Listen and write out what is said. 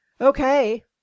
Okay